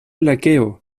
lakeo